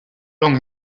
long